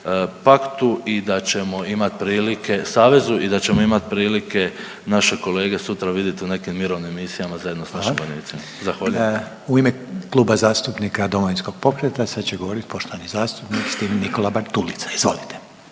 paktu i da ćemo imat prilike, savezu, i da ćemo imat prilike naše kolege sutra vidjet u nekim mirovnim misijama zajedno s našim vojnicima. Zahvaljujem. **Reiner, Željko (HDZ)** Hvala. U ime Kluba zastupnika Domovinskog pokreta sad će govorit poštovani zastupnik Stephen Nikola Bartulica, izvolite.